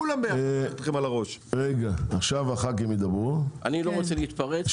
עכשיו ידברו חברי הכנסת.